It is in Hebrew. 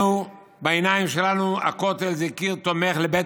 בעיניים שלנו הכותל זה קיר תומך לבית